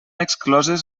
excloses